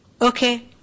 Okay